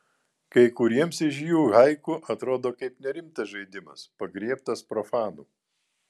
kai kuriems iš jų haiku atrodo kaip nerimtas žaidimas pagriebtas profanų